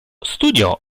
studiò